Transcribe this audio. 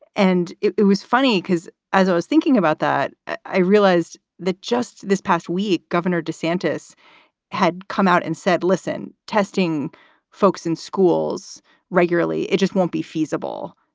and it it was funny because as i was thinking about that, i realized that just this past week, governor desantis had come out and said, listen, testing folks in schools regularly, it just won't be feasible.